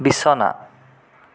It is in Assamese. বিছনা